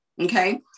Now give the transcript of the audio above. Okay